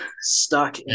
stuck